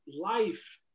life